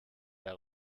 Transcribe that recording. her